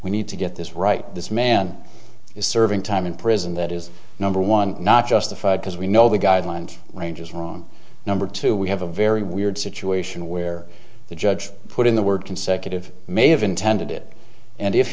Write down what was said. we need to get this right this man is serving time in prison that is number one not justified because we know the guidelines range is wrong number two we have a very weird situation where the judge put in the word consecutive may have intended it and if